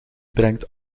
brengt